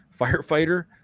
firefighter